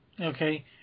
Okay